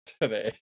today